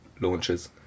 launches